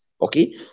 okay